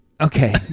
Okay